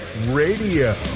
Radio